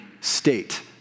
state